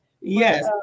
Yes